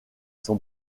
son